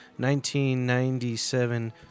1997